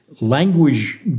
language